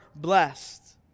blessed